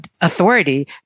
authority